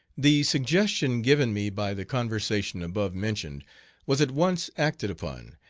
the suggestion given me by the conversation above mentioned was at once acted upon,